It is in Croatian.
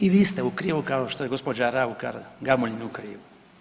I vi ste u krivu kao što je gospođa Raukar Gamulin u krivu.